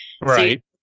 Right